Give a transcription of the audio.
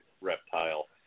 Reptile